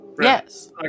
Yes